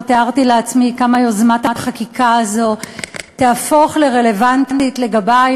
לא תיארתי לעצמי כמה יוזמת החקיקה הזאת תהפוך לרלוונטית לגבי,